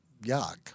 yuck